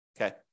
Okay